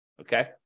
Okay